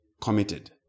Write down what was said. Committed